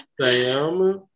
Sam